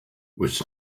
was